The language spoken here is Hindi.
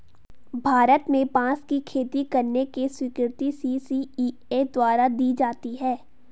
भारत में बांस की खेती करने की स्वीकृति सी.सी.इ.ए द्वारा दी जाती है